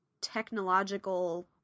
technological